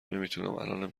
نمیتونم، الانم